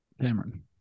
Cameron